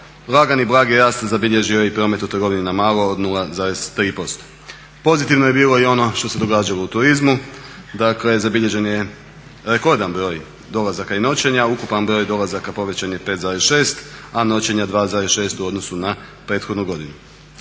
Lagani blagi rast zabilježio je i promet u trgovini na malo od 0,3%. Pozitivno je bilo i ono što se događalo u turizmu, dakle zabilježen je rekordan broj dolazaka i noćenja. Ukupan broj dolazaka povećan je 5,6, a noćenja 2,6 u odnosu na prethodnu godinu.